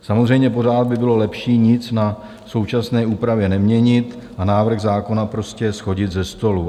Samozřejmě pořád by bylo lepší nic na současné úpravě neměnit a návrh zákona prostě shodit ze stolu.